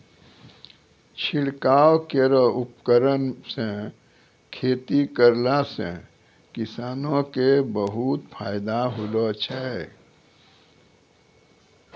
छिड़काव केरो उपकरण सँ खेती करला सें किसानो क बहुत फायदा होलो छै